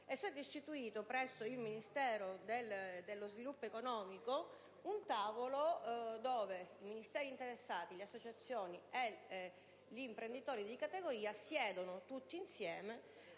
stato istituito presso il Ministero dello sviluppo economico un tavolo dove i Ministeri interessati, le associazioni e gli imprenditori di categoria siedono tutti insieme